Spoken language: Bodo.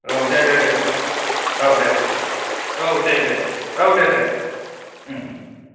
औ दे दे दे होमबा औ दे औ दे दे औ दे दे